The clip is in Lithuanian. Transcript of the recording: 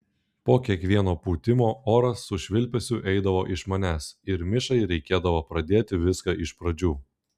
po kiekvieno pūtimo oras su švilpesiu eidavo iš manęs ir mišai reikėdavo pradėti viską iš pradžių